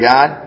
God